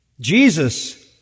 Jesus